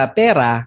pera